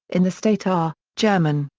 in the state are german,